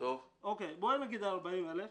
בוא נגיד 40,000,